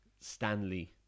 Stanley